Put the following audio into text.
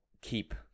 keep